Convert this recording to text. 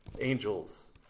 angels